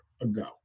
ago